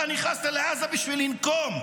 "אתה נכנסת לעזה בשביל לנקום,